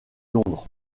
londres